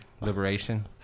Liberation